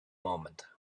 moment